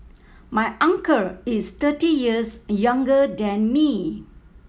my uncle is thirty years younger than me